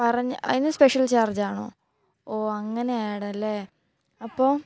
പറഞ്ഞാല് അതിന് സ്പെഷ്യൽ ചാർജാണോ ഓ അങ്ങനെയാണല്ലേ അപ്പോള്